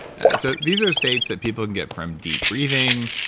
so these are states that people can get from deep breathing,